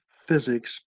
physics